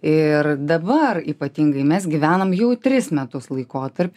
ir dabar ypatingai mes gyvenam jau tris metus laikotarpį